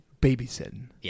Babysitting